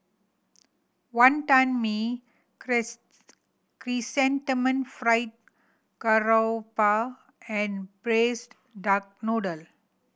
Wonton Mee Chrysanthemum Fried Garoupa and Braised Duck Noodle